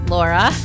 Laura